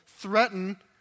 threaten